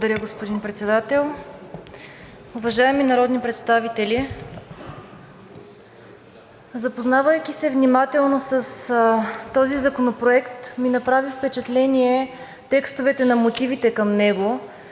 Благодаря, господин Председател. Уважаеми народни представители! Запознавайки се внимателно с този законопроект, ми направиха впечатление текстовете на мотивите към него,